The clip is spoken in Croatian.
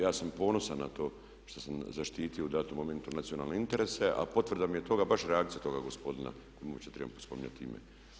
Ja sam ponosan na to što sam zaštitio u datom momentu nacionalne interese a potvrda mi je toga baš reakcija toga gospodina kome uopće trebam spominjati ime.